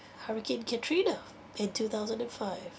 hurricane katrina in two thousand and five